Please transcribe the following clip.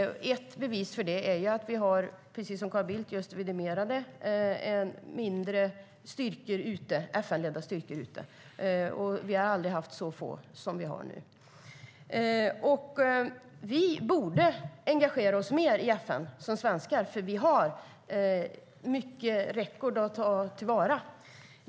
Ett bevis för det är att vi har färre FN-ledda styrkor ute, precis som Carl Bildt just vidimerade. Vi har aldrig haft så få som vi har nu. Vi svenskar borde engagera oss mer i FN eftersom vi har mycket record att ta till vara.